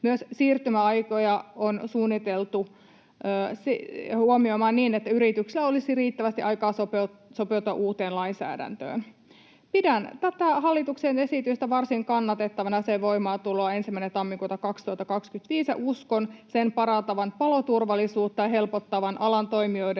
Myös siirtymäaikoja on suunniteltu huomioimaan se, että yrityksillä olisi riittävästi aikaa sopeutua uuteen lainsäädäntöön. Pidän varsin kannatettavana tätä hallituksen esitystä ja sen voimaantuloa 1. tammikuuta 2025. Uskon sen parantavan paloturvallisuutta ja helpottavan alan toimijoiden